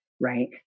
Right